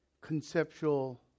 conceptual